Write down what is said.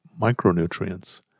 micronutrients